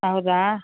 ಹೌದಾ